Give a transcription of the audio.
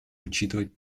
учитывать